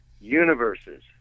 universes